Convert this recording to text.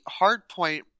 Hardpoint